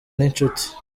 n’inshuti